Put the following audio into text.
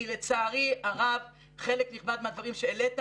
כי לצערי הרב חלק נכבד מהדברים שהעלית,